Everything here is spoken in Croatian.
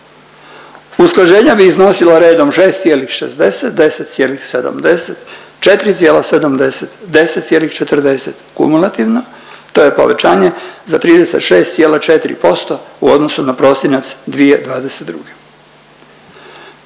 usklađenja bi iznosila redom 6,60, 10,70, 4,70, 10,40 kumulativno to je povećanje za 36,4% u odnosu na prosinac 2022.